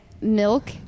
Milk